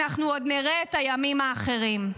אנחנו עוד נראה את הימים האחרים.